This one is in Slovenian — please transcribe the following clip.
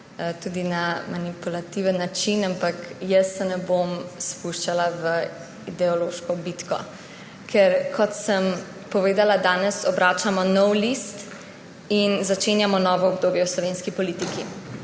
tudi na manipulativen način, ampak jaz se ne bom spuščala v ideološko bitko. Ker kot sem povedala, danes obračamo nov list in začenjamo novo obdobje v slovenski politiki.